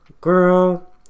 girl